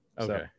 okay